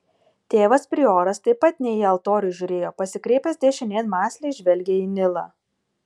tėvas prioras taip pat ne į altorių žiūrėjo pasikreipęs dešinėn mąsliai žvelgė į nilą